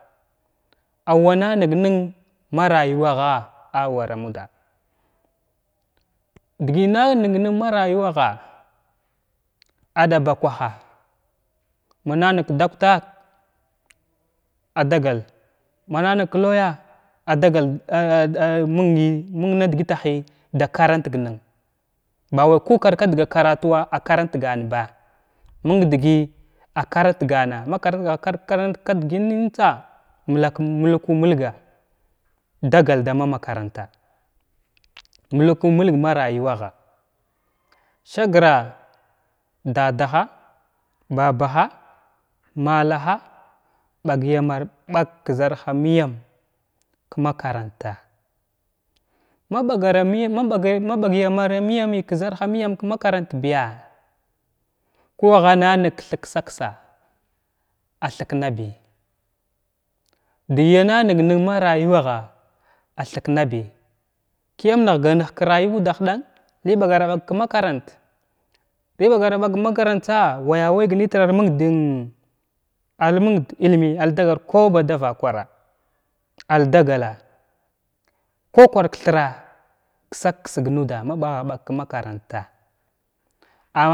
Awana nəgnən marayuwa a wara ammuda dəgəy nagnən marayuwagha aɗabakwaha ma na nəg ka doclala adagal mana nəg ka lawya adagal da a a a məng nəy məng na dəgataha dagal məng na dəgətahi da krant nəng baway kukwar kdəga karatuwa a karantganba məng dgəy a karant gana ma karant gha karantgha karant ka ɗəganəntsa mulku mulgwa dagal dama maranta mulku mulgwa marayuwagha sirgra dadaha, babaha, malaha ɓagyamar ɓag kzarahaməyam ka makaranta ma ɓagara mə ma ɓagay ma ɓagara məyam ka zahuməyam ka thaktsa ksa’a a thiknabi dəgəy agha nəng nən marayuwagha a ka rayuwa uddah ɗan ləy ɓugarabag ka maranta ləy ɓagaraɓag ka makarantsa waya wayg nəthir arməng dən ar məng da ilmi ar dagal ku bada vakwarra aragalla ku kwar kthir ksak ksək nuda ma ɓaghaɓag ka makaranta’a.